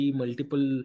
multiple